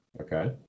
Okay